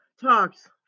Talks